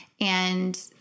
and-